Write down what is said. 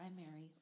Primary